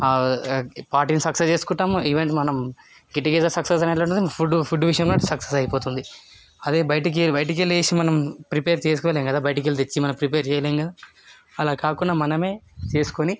పార్టీలు సక్సెస్ చేస్కుంటాం ఈవెన్ మనం సక్సెస్ ఫుడ్ ఫుడ్ విషయంలో కూడా సక్సెస్ అయిపోతుంది అదే బయటికి బయటకెళ్ళేసి మనం ప్రిపేర్ చేసుకోలేం కదా బయటకెళ్ళి తెచ్చి మనం ప్రిపేర్ చెయ్యలేం కదా అలా కాకుండా మనమే చేస్కొని